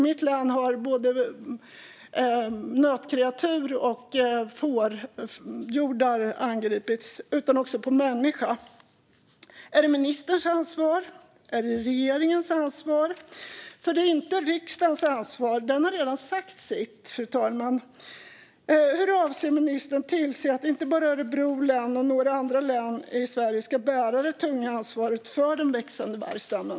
I mitt hemlän har både nötkreatur och fårhjordar angripits. Är det ministerns ansvar? Är det regeringens ansvar? För det är inte riksdagens ansvar. Den har redan sagt sitt, fru talman. Hur avser ministern att tillse att inte bara Örebro län och några andra län i Sverige ska bära det tunga ansvaret för den växande vargstammen?